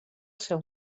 seu